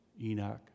Enoch